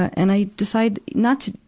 and i decide not to,